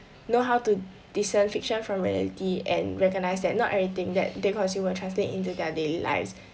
know how to discern fiction from reality and recognise that not everything that they consume will translate into their daily lives